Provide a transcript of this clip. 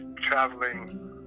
traveling